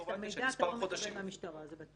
את המידע אתה לא מקבל מהמשטרה, זה בטוח.